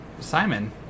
Simon